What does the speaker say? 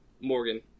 Morgan